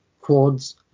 quads